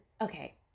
Okay